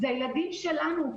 זה הילדים שלנו.